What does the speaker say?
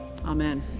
amen